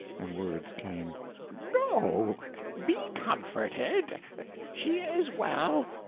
and words came no be comforted she is well.